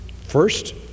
First